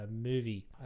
movie